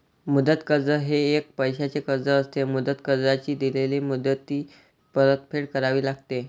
मुदत कर्ज हे एक पैशाचे कर्ज असते, मुदत कर्जाची दिलेल्या मुदतीत परतफेड करावी लागते